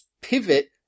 pivot